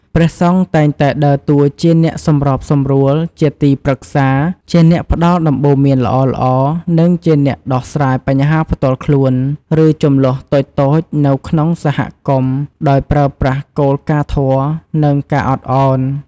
ព្រះសង្ឃតែងតែដើរតួជាអ្នកសម្របសម្រួល ជាទីប្រឹក្សា ជាអ្នកផ្ដល់ដំបូន្មានល្អៗ និងជាអ្នកដោះស្រាយបញ្ហាផ្ទាល់ខ្លួន ឬជម្លោះតូចៗនៅក្នុងសហគមន៍ ដោយប្រើប្រាស់គោលការណ៍ធម៌ និងការអត់អោន។